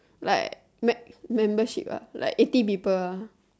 like m~ membership ah like eighty people